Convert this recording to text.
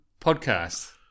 podcast